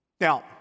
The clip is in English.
Now